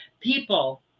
People